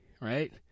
right